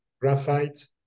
graphite